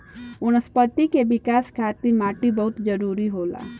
वनस्पति के विकाश खातिर माटी बहुत जरुरी होला